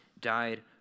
died